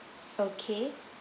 okay